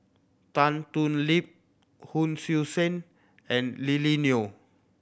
Tan Thoon Lip Hon Sui Sen and Lily Neo